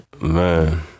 Man